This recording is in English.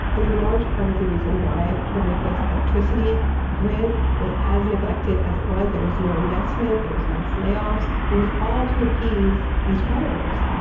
a large part of the reason why puerto rico's electricity grid was as neglected as it was. there was no investment. there was mass layoffs. it was all to appease these creditors.